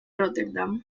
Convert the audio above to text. róterdam